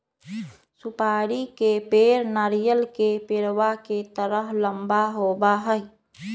सुपारी के पेड़ नारियल के पेड़वा के तरह लंबा होबा हई